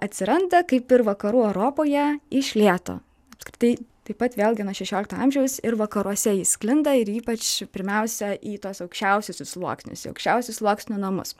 atsiranda kaip ir vakarų europoje iš lėto apskritai taip pat vėlgi nuo šešiolikto amžiaus ir vakaruose ji sklinda ir ypač pirmiausia į tuos aukščiausiuosius sluoksnius į aukščiausių sluoksnių namus